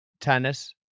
tennis